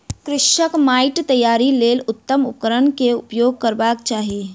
कृषकक माइट तैयारीक लेल उत्तम उपकरण केउपयोग करबाक चाही